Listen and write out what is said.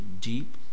deep